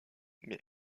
mais